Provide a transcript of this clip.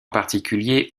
particulier